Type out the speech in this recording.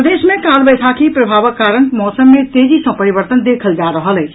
प्रदेश मे काल बैसाखी के प्रभावक कारण मौसम मे तेजी सँ परिवर्तन देखल जा रहल अछि